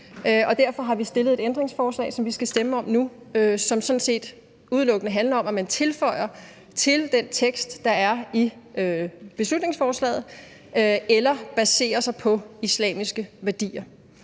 Derfor har vi stillet et ændringsforslag, som vi skal stemme om nu, som sådan set udelukkende handler om, at man til den tekst, der er i beslutningsforslaget, tilføjer: »eller er baseret på islamiske værdier«.